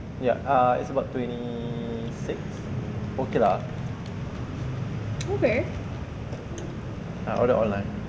ya it's a bout twenty six okay lah I ordered online